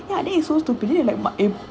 ya then you supposed to ஏனா:yaena